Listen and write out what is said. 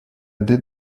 did